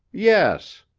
yes.